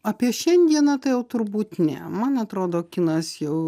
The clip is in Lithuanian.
apie šiandieną tai jau turbūt ne man atrodo kinas jau